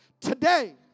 today